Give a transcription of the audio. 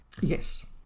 Yes